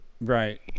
Right